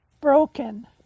broken